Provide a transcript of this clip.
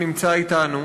שנמצא אתנו,